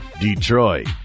Detroit